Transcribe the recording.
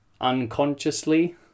unconsciously